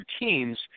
routines